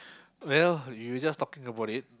well you were just talking about it